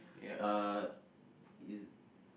uh is